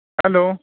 hello